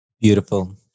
Beautiful